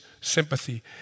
sympathy